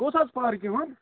کوٚت حظ پارکہِ وَن